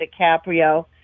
DiCaprio